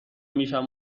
میشم